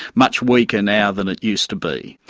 much weaker now than it used to be.